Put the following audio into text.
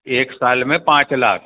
एक साल में पाँच लाख